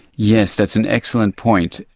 yes, that's an excellent point.